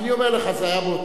זה היה באותו דיון,